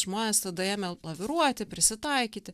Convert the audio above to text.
žmonės tada ėmė laviruoti prisitaikyti